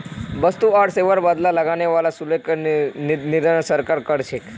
वस्तु आर सेवार बदला लगने वाला शुल्केर निर्धारण सरकार कर छेक